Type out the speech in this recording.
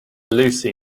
lucy